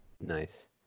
nice